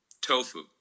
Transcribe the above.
Tofu